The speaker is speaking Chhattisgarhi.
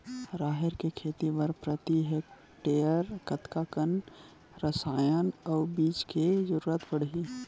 राहेर के खेती बर प्रति हेक्टेयर कतका कन रसायन अउ बीज के जरूरत पड़ही?